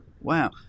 Wow